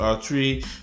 three